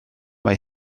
mae